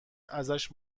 ازش